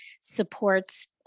supports